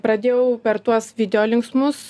pradėjau per tuos video linksmus